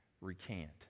recant